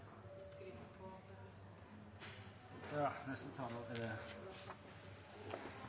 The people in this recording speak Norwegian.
ja til